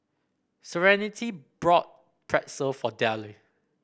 Serenity bought Pretzel for Dayle